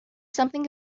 something